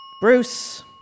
Bruce